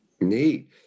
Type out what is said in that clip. Neat